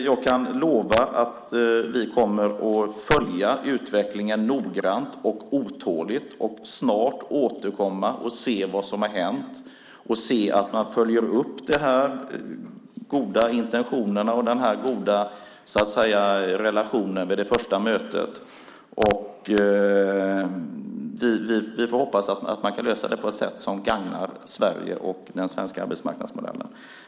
Jag kan lova att vi kommer att följa utvecklingen noggrant och otåligt och snart återkomma och se vad som har hänt, se att man följer upp de här goda intentionerna och den goda relationen vid det första mötet. Vi får hoppas att man kan lösa det på ett sätt som gagnar Sverige och den svenska arbetsmarknadsmodellen.